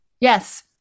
Yes